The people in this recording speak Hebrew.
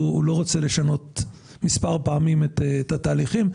הוא לא רוצה לשנות מספר פעמים את התהליכים.